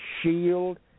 shield